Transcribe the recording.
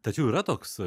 tačiau yra toks